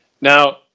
now